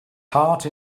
heart